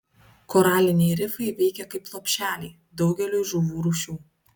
koraliniai rifai veikia kaip lopšeliai daugeliui žuvų rūšių